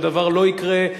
שהדבר לא יקרה.